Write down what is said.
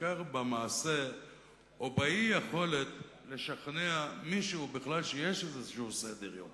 בעיקר במעשה או באי-יכולת לשכנע מישהו בכלל שיש איזה סדר-יום